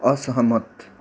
असहमत